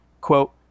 Quote